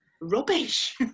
rubbish